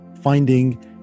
finding